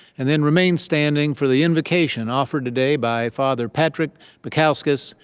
and then remain standing for the invocation offered today by father patrick baikauskas,